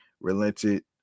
relented